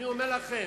אני אומר לכם,